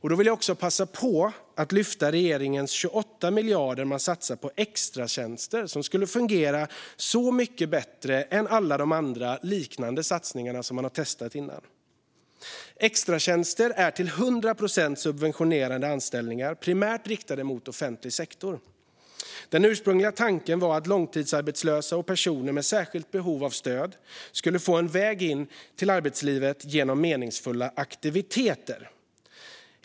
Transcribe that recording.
Här vill jag passa på att lyfta fram de 28 miljarder som regeringen satsade på extratjänster, som skulle fungera så mycket bättre än alla de andra liknande satsningar man testat tidigare. Extratjänster är till 100 procent subventionerade anställningar, primärt riktade mot offentlig sektor. Den ursprungliga tanken var att långtidsarbetslösa och personer med särskilt behov av stöd skulle få en väg in i arbetslivet genom meningsfulla aktiviteter.